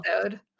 episode